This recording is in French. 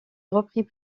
repris